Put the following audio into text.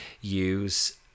use